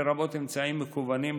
לרבות אמצעים מקוונים,